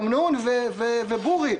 אמנון ובורי,